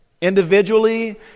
individually